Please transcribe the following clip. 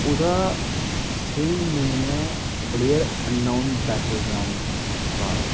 ओह्दा स्हेई नेम ऐ player unknown battle ground Bharat